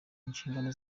inshingano